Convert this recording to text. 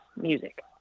music